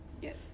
Yes